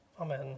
Amen